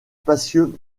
spacieux